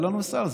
אהלן וסהלן,